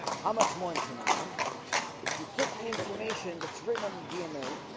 how much more information if you took the information? that's written on the dna